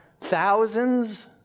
thousands